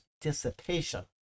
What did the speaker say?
dissipation